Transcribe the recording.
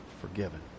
forgiven